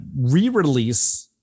re-release